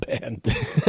band